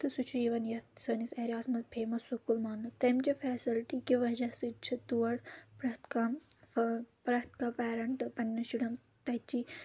تہٕ سُہ چھُ یِوان یَتھ سٲنِس ایٚریا ہَس منٛز فیمَس سکوٗل ماننہٕ تَمہِ چہِ فَیسَلٹی کہِ وجہ سۭتۍ چھِ تور پرٛؠتھ کانٛہہ پرٛؠتھ کانٛہہ پَیرنٛٹ پَننؠن شُرؠن تَتہِ چی